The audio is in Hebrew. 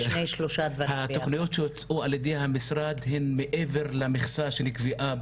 התוכניות שהוצעו על ידי המשרד הן מעבר למכסה שנקבעה